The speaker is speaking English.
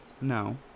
no